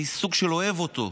באינסטינקט, אני סוג של אוהב אותו.